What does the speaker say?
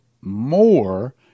more